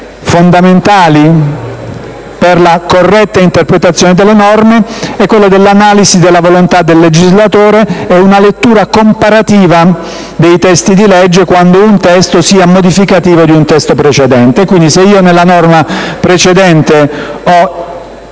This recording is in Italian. criteri fondamentali per la corretta interpretazione delle norme è quello dell'analisi della volontà del legislatore e una lettura comparativa dei testi di legge, quando un testo sia modificativo di un testo precedente. Quindi, se nella norma precedente si